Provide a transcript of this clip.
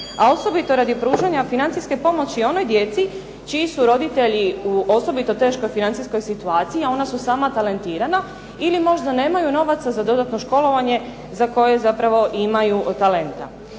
a osobito radi pružanja financijske pomoći onoj djeci čiji su roditelji u osobito teškoj financijskom situaciji a ona su sama talentirana ili možda nemaju novaca za dodatno školovanje za koje zapravo imaju talenta.